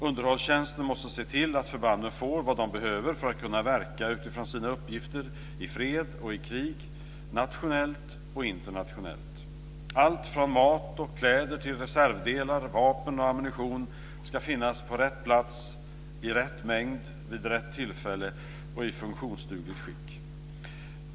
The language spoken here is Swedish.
Underhållstjänsten måste se till att förbanden får vad de behöver för att kunna verka utifrån sina uppgifter i fred och i krig, nationellt och internationellt. Allt från mat och kläder till reservdelar, vapen och ammunition ska finnas på rätt plats, i rätt mängd, vid rätt tillfälle och i funktionsdugligt skick.